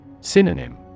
Synonym